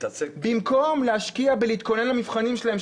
במקום להשקיע בלהתכונן למבחנים שלהם,